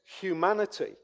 humanity